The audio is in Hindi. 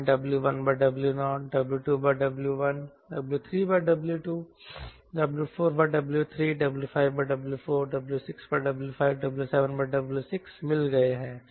हमें W1W0 W2W1 W3W2 W4W3 W5W4 W6W5 W7W6 मिल गए हैं